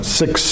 six